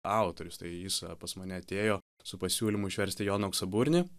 autorius tai jis pas mane atėjo su pasiūlymu išversti joną auksaburnį